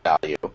value